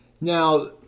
Now